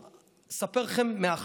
אספר לכם: מעכשיו,